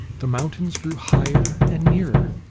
the mountains grew higher and nearer.